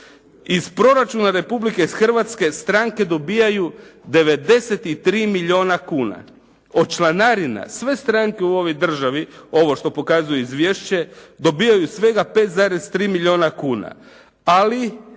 Iz proračuna Republike Hrvatske stranke dobijaju 93 milijuna kuna. Od članarina sve stranke u ovoj državi ovo što pokazuje izvješće dobijaju svega 5,3 milijuna kuna, ali